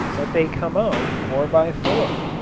but they come out four by four.